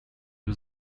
was